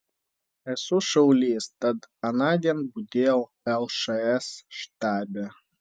esu šaulys tad anądien budėjau lšs štabe